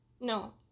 no